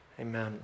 Amen